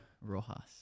rojas